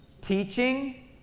Teaching